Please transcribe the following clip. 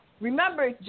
remember